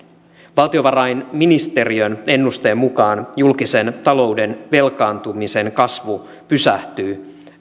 valtiovarainministeriön ennusteen mukaan julkisen talouden velkaantumisen kasvu pysähtyy